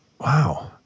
wow